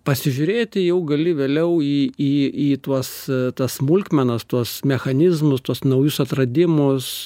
pasižiūrėti jau gali vėliau į į į tuos tas smulkmenas tuos mechanizmus tuos naujus atradimus